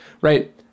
right